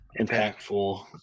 impactful